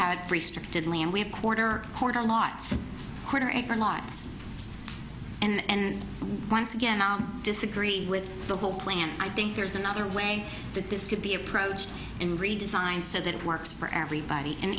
had restricted land we have quarter quarter lot quarter acre lot and once again i disagree with the whole plan i think there's another way that this could be approached in redesign so that it works for everybody